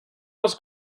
was